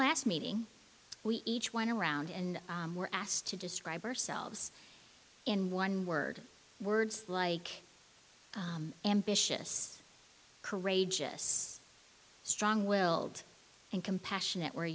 last meeting we each went around and were asked to describe ourselves in one word words like ambitious courageous strong willed and compassionate were